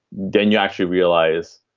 then you actually realize,